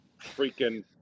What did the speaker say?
freaking